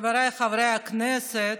חבריי חברי הכנסת,